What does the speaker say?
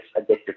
addictive